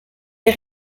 les